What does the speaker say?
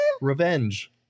Revenge